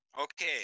Okay